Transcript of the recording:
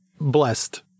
blessed